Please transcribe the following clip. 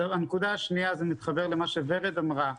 הנקודה שנייה, וזה מתחבר אל מה שוורד בכר אמרה,